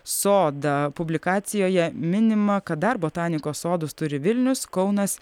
sodą publikacijoje minima kad dar botanikos sodus turi vilnius kaunas